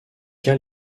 cas